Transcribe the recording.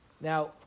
Now